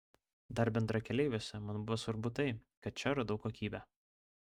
dar bendrakeleiviuose man buvo svarbu tai kad čia radau kokybę